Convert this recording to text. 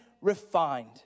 refined